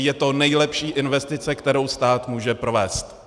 Je to nejlepší investice, kterou stát může provést.